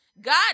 God